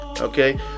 Okay